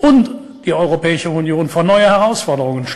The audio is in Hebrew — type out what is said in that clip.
אבל גם על המחסור במים,